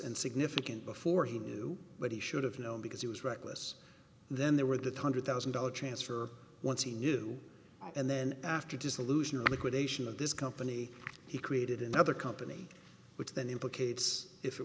significant before he knew but he should have known because he was reckless then there were the two hundred thousand dollar transfer once he knew and then after dissolution of liquid ation of this company he created another company which then implicates if it